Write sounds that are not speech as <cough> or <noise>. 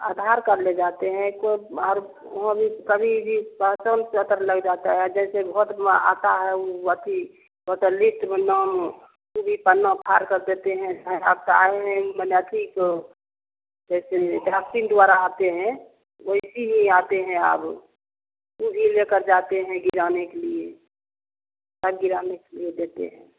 आधार card ले जाते हैं को और वहाँ भी कभी भी पहचान पत्र लग जाता है जैसे भोट में आता है वह अथी वह तो लिस्ट में नाम <unintelligible> पन्ना फाड़कर देते हैं <unintelligible> माने अथी को जैसे <unintelligible> द्वारा आते हैं वैसे ही आते हैं अब पुर्ज़ी भी लेकर जाते हैं गिराने के लिए और गिराने के लिए देते हैं